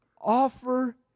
Offer